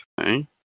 Okay